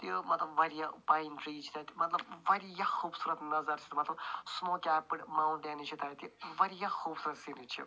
یہٕ مطلب واریاہ پایِن ٹریٖز چھِ تَتہِ مطلب واریاہ خوٗبصوٗرت نَظر چھِ مطلب ایپ پٮ۪ٹھ موںٛٹینٕز چھِ تَتہِ واریاہ خوٗبصوٗرت سٮیٖنرِی چھِ